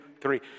three